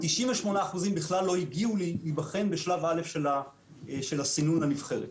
98% בכלל לא הגיעו להיבחן בשלב א' של הסינון לנבחרת,